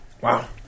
Wow